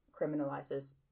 criminalizes